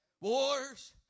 wars